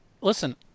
listen